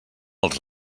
els